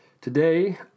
Today